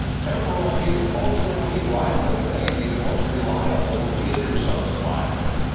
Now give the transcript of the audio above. temporally and culturally why wouldn't they be the most reliable readers of the bible.